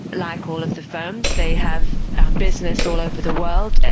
like all of the firms they have business all over the world.